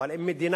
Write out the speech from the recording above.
אבל אם מדינה